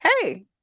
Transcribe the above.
hey